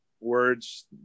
words